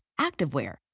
activewear